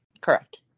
Correct